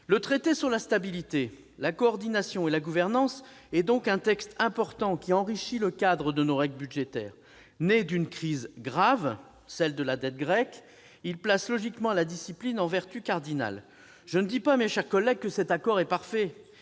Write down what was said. Le traité sur la stabilité, la coordination et la gouvernance est donc un texte important, qui enrichit le cadre de nos règles budgétaires. Né d'une crise grave, celle de la dette grecque, il place logiquement la discipline en vertu cardinale. Je ne dis pas que cet accord est parfait.